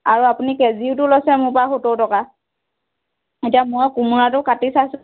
আৰু আপুনি কেজিওটো লৈছে মোৰ পৰা সত্তৰ টকা এতিয়া মই কোমোৰাটো কাটি চাইছোঁ